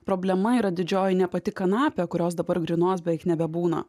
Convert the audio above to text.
problema yra didžioji ne pati kanapė kurios dabar grynos beveik nebebūna